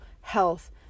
health